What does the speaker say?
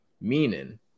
Meaning